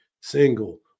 single